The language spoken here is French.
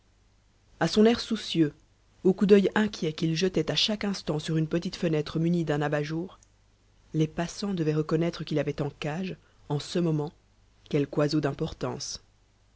à son air soucieux au coup d'œil inquiet qu'il jetait à chaque instant sur une petite fenêtre munie d'un abat-jour les passants devaient reconnaître qu'il avait en cage en ce moment quelque oiseau d'importance